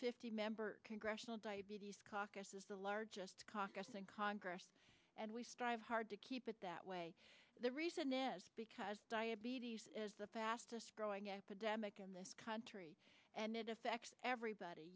fifty member congressional diabetes caucus is the largest caucus in congress and we strive hard to keep it that way the reason is because diabetes is the fastest growing epidemic in this country and it affects everybody